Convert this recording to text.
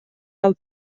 del